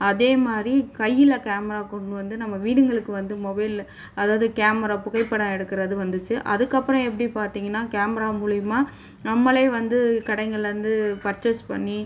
அதே மாரி கையில் கேமரா கொண்டு வந்து நம்ம வீடுங்களுக்கு வந்து மொபைலில் அதாவது கேமரா புகைப்படம் எடுக்கிறது வந்துச்சு அதற்கப்பறம் எப்படி பார்த்தீங்கன்னா கேமரா மூலியமாக நம்மளே வந்து கடைங்கள்லந்து பர்ச்சேஸ் பண்ணி